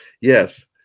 Yes